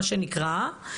מה שנקרא.